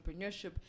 entrepreneurship